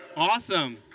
awesome.